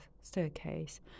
staircase